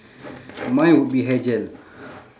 mine would be hair gel